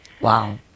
Wow